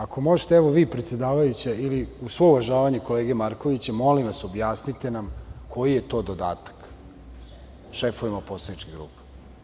Ako možete vi predsedavajuća ili, uz svo uvažavanje kolege Markovića, molim vas objasnite nam koji je to dodatak šefovima poslaničkih grupa.